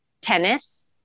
tennis